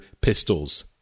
pistols